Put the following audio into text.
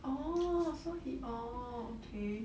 orh so he orh okay